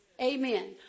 Amen